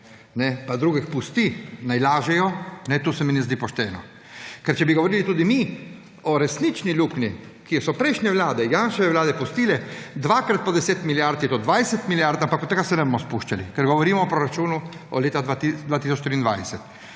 pa drugim pusti, naj lažejo, to se mi ne zdi pošteno. Ker če bi govorili tudi mi o resnični luknji, ki so prejšnje vlade, Janševe vlade, pustile dvakrat po 10 milijard, je to 20 milijard, ampak v to se ne bomo spuščali, ker govorimo o proračunu leta 2023.